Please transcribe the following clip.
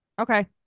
Okay